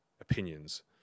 opinions